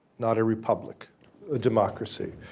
not a republic ah democracy.